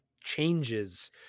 changes